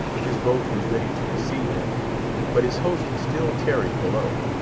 his boat was ready to receive him but his host still tarried below.